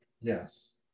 Yes